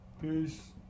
Peace